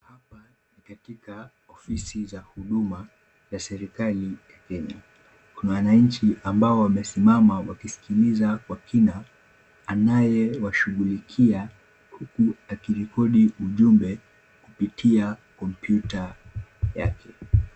Hapa ni katika ofisi za huduma ya serikali ya Kenya. Kuna wananchi ambao wamesimama wakisikiliza kwa kina anayewashughulikia huku akirekodi ujumbe kupitia kompyuta yake.